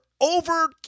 Over